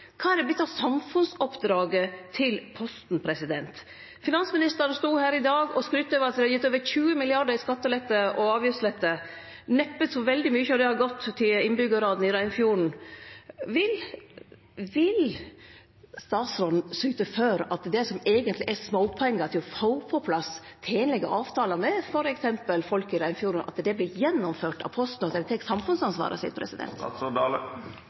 samfunnsoppdraget til Posten? Finansministeren stod her i dag og skrytte av at det var gitt over 20 mrd. kr i skattelette og avgiftslette. Neppe så veldig mykje av det har gått til innbyggjarane i Reinfjorden. Vil statsråden syte for det som eigentleg er småpengar, for å få på plass tenlege avtalar med f.eks. folk i Reinfjorden, og at det vert gjennomført av Posten at dei tek samfunnsansvaret sitt?